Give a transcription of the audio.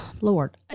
Lord